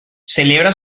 celebra